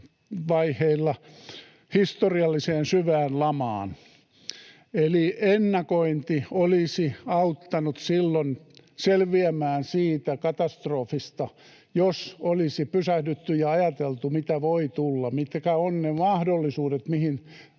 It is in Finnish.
vaiheilla historialliseen, syvään lamaan. Eli ennakointi olisi auttanut silloin selviämään siitä katastrofista, jos olisi pysähdytty ja ajateltu, mitä voi tulla, mitkä ovat ne mahdollisuudet, joihin